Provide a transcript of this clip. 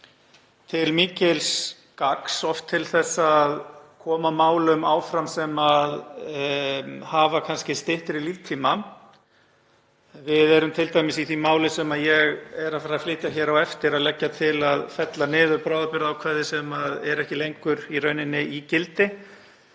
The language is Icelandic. til mikils gagns, oft til þess að koma málum áfram sem hafa kannski styttri líftíma. Við erum t.d. í því máli sem ég er að fara að flytja hér á eftir, að leggja til að fella niður bráðabirgðaákvæði sem eru í raun ekki lengur í gildi,